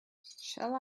shall